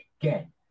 again